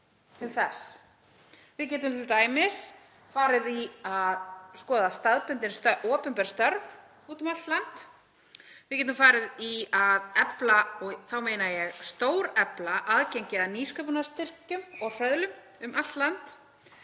umhverfi. Við getum t.d. farið í að skoða staðbundin opinber störf út um allt land. Við getum farið í að efla, og þá meina ég stórefla, aðgengi að nýsköpunarstyrkjum og -hröðlum um allt land.